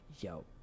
yo